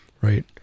Right